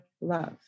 love